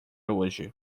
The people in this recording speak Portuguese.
hoje